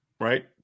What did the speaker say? Right